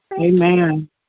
Amen